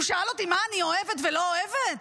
הוא שאל אותי מה אני אוהבת ולא אוהבת?